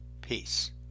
Peace